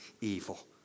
evil